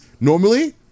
normally